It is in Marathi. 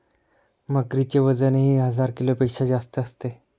मगरीचे वजनही हजार किलोपेक्षा जास्त असते